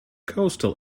coastal